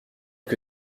que